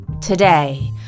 Today